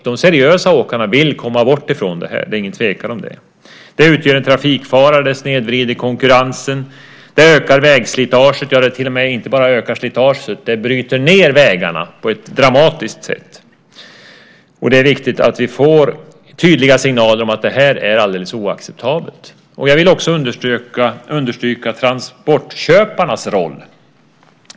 De seriösa åkarna vill komma bort från det. Det är ingen tvekan om det. Det utgör en trafikfara, det snedvrider konkurrensen och det ökar vägslitaget. Det ökar inte bara slitaget. Det bryter ned vägarna på ett dramatiskt sätt. Det är viktigt att vi får tydliga signaler om att det är alldeles oacceptabelt. Jag vill också understryka transportköparnas roll.